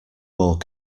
more